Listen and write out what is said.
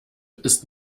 ist